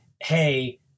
Hey